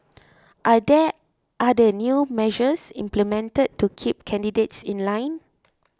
are there other new measures implemented to keep candidates in line